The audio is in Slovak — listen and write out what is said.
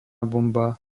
bomba